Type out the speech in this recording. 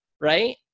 right